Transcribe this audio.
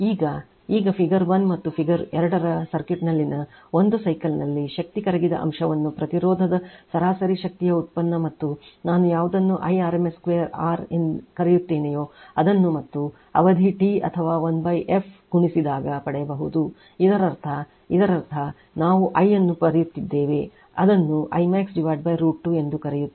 ಈಗ ಈಗ ಫಿಗರ್ 1 ಮತ್ತು ಫಿಗರ್ 2 ರ ಸರ್ಕ್ಯೂಟ್ನಲ್ಲಿನ ಒಂದುಸೈಕಲ್ ನಲ್ಲಿ ಶಕ್ತಿ ಕರಗಿದ ಅಂಶವನ್ನು ಪ್ರತಿರೋಧಕದ ಸರಾಸರಿ ಶಕ್ತಿಯ ಉತ್ಪನ್ನ ಮತ್ತು ನಾನು ಯಾವುದನ್ನು I rms 2r ಕರೆಯುತ್ತೇವೆಯೋ ಅದನ್ನು ಮತ್ತು ಅವಧಿ T ಅಥವಾ 1 f ಗುಣಿಸಿದಾಗ ಪಡೆಯಬಹುದು ಇದರರ್ಥ ಇದರರ್ಥ ನಾವು I ಅನ್ನು ಬರೆಯುತ್ತಿದ್ದೇವೆ ಅದನ್ನುI max √2 ಎಂದು ಕರೆಯುತ್ತೇವೆ